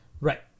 Right